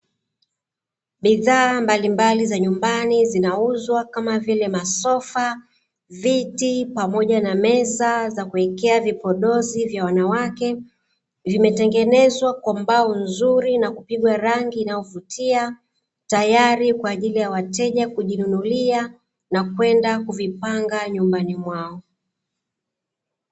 Bidhaa mbalimbali za nyumbani zinauzwa kama vile masofa viti pamoja na meza za kuwekea vipodozi vya wanawake vimetengenezwa kwa mbao nzuri na kupigwa rangi inayovutia tayari kwaajili ya wateja kujinunulia na kwenda kuvipanga nyumbani mwao.